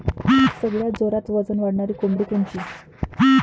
सगळ्यात जोरात वजन वाढणारी कोंबडी कोनची?